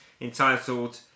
entitled